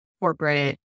corporate